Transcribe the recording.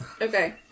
Okay